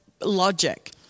logic